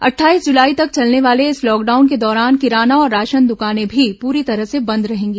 अट्ठाईस जुलाई तक चलने वाले इस लॉकडाउन के दौरान किराना और राशन दुकानें भी पूरी तरह से बंद रहेंगी